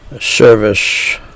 service